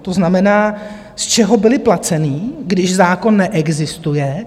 To znamená, z čeho byly placeny, když zákon neexistuje?